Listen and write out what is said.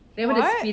what